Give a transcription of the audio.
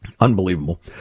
Unbelievable